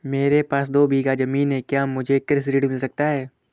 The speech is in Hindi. मेरे पास दो बीघा ज़मीन है क्या मुझे कृषि ऋण मिल सकता है?